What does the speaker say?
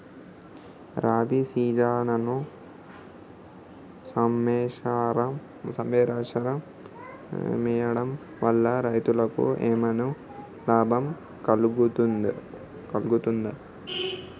రబీ సీజన్లో సోమేశ్వర్ వేయడం వల్ల రైతులకు ఏమైనా లాభం కలుగుద్ద?